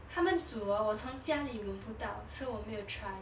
他们煮 hor 我从家里闻不到 so 我没有 try